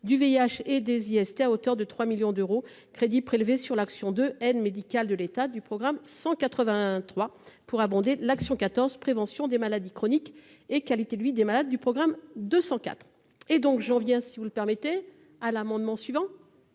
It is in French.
du VIH et des IST à hauteur de 3 millions d'euros Crédit prélevés sur l'action de aide médicale de l'état du programme 183 pour abonder l'action 14, prévention des maladies chroniques et qualité de vie des malades du programme 204 et donc je reviens si vous le permettez à l'amendement suivant.